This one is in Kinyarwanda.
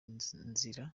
nzira